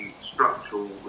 structural